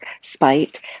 spite